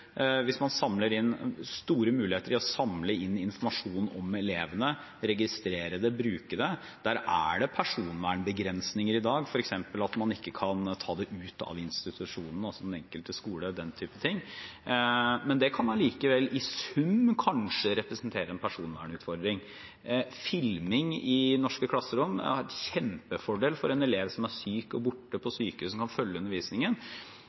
store muligheter i å samle inn informasjon om elevene, registrere den, bruke den. Der er det personvernbegrensninger i dag, f.eks. at man ikke kan ta det ut av institusjonen, altså den enkelte skole og den type ting. Det kan allikevel i sum kanskje representere en personvernutfordring. Filming i norske klasserom: Det er en kjempefordel for en elev som er syk, borte, som f.eks. ligger på sykehus og kan følge undervisningen.